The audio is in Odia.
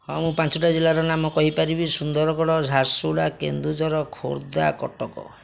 ହଁ ମୁଁ ପାଞ୍ଚୋଟି ଜିଲ୍ଲାର ନାମ କହିପାରିବି ସୁନ୍ଦରଗଡ଼ ଝାରସୁଗୁଡ଼ା କେନ୍ଦୁଝର ଖୋର୍ଦ୍ଧା କଟକ